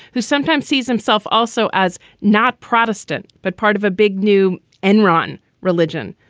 who sometimes sees himself also as not protestant, but part of a big new enron religion.